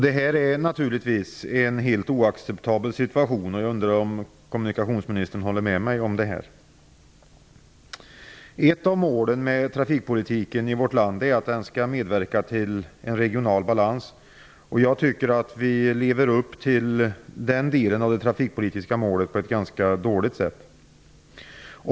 Detta är naturligtvis en helt oacceptabel situation. Håller kommunikationsministern med mig om detta? Ett av målen för trafikpolitiken i vårt land är att den skall medverka till regional balans. Jag menar att vi lever upp till den delen av det trafikpolitiska målet på ett ganska dåligt sätt.